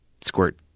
squirt